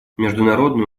международный